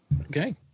Okay